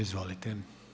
Izvolite.